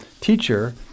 teacher